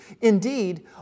...indeed